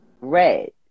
red